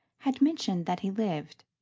had mentioned that he lived.